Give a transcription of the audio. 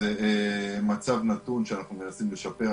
זה מצב נתון שאנחנו מנסים לשפר.